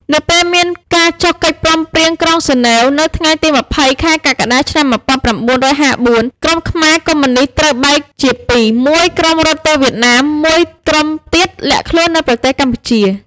នៅពេលមានការចុះកិច្ចព្រមព្រៀងក្រុងហ្សឺណែវ នៅថ្ងៃទី២០ កក្កដា ឆ្នាំ១៩៥៤ ក្រុមខ្មែរកុម្មុយនិស្តត្រូវបែកជាពីរ មួយក្រុមរត់ទៅវៀតណាម មួយក្រុមទៀតលាក់ខ្លួននៅប្រទេសកម្ពុជា។